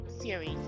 Series